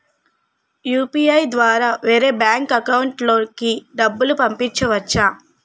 UPI ద్వారా వేరే bank account లోకి డబ్బులు పంపించవచ్చా?